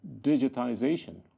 digitization